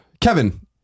Kevin